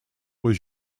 was